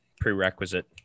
prerequisite